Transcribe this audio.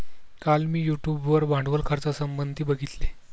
काल मी यूट्यूब वर भांडवल खर्चासंबंधित बघितले